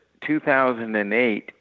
2008